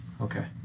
Okay